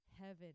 heaven